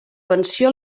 pensió